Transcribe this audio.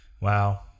wow